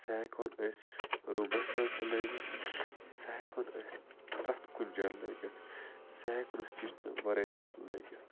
سہ ہٮ۪کہٕ ہون أسۍ روٗمَس منٛز تہِ لٲگِتھ سہ ہٮ۪کہٕ ہون أسۍ پرٮ۪تھ کُنہِ جایہِ لٲگِتھ سہ ہٮ۪کہٕ ہون أسۍ کِچنہٕ ورٲے تہِ لٲگِتھ